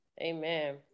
Amen